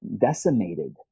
decimated